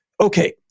Okay